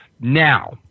Now